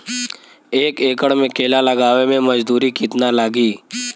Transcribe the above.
एक एकड़ में केला लगावे में मजदूरी कितना लागी?